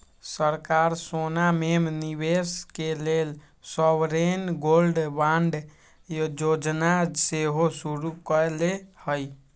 सरकार सोना में निवेश के लेल सॉवरेन गोल्ड बांड जोजना सेहो शुरु कयले हइ